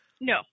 No